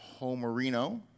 Homerino